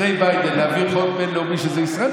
להעביר חוק בין-לאומי שזה ישראל,